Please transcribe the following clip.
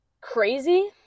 crazy-